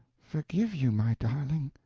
forgive you, my darling?